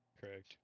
correct